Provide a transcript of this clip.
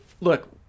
look